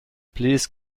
please